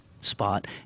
spot